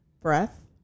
Breath